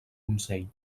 consell